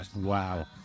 Wow